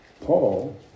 Paul